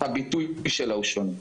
הביטוי שלה הוא שונה.